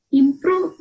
improve